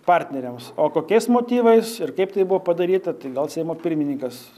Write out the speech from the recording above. partneriams o kokiais motyvais ir kaip tai buvo padaryta tai gal seimo pirmininkas